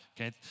okay